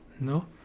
No